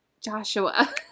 Joshua